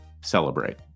celebrate